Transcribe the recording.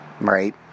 right